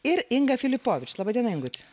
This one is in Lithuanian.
ir inga filipovič laba diena ingut laba